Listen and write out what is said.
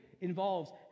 involves